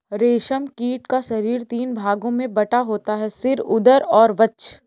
रेशम कीट का शरीर तीन भागों में बटा होता है सिर, उदर और वक्ष